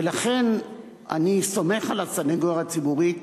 ולכן אני סומך על הסניגוריה הציבורית,